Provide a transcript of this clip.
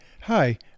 hi